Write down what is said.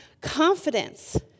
confidence